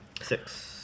Six